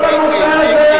וכל הנושא הזה,